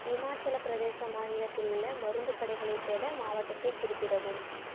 இமாச்சல பிரதேச மாநிலத்தில் உள்ள மருந்துக் கடைகளைத் தேட மாவட்டத்தைக் குறிப்பிடவும்